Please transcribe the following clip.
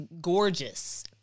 gorgeous